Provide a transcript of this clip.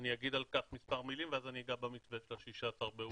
אני אגיד על כך מספר מילים ואז אני אגע במתווה של ה-16 באוגוסט,